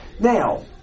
Now